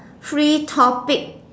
free topic